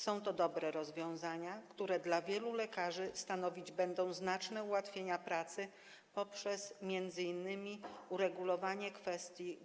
Są to dobre rozwiązania, które dla wielu lekarzy stanowić będą znaczne ułatwienia pracy poprzez m.in. uregulowanie kwestii